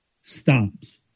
stops